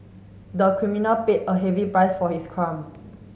the criminal paid a heavy price for his crime